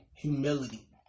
Humility